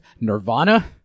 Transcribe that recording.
nirvana